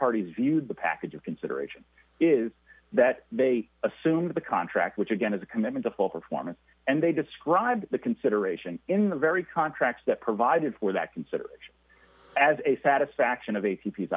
parties viewed the package of consideration is that they assume the contract which again is a commitment to full performance and they described the consideration in the very contract that provided for that consider as a satisfaction of a